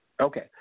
Okay